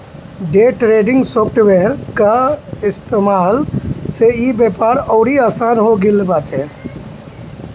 day trading software कअ इस्तेमाल से इ व्यापार अउरी आसन हो गिल बाटे